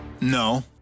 No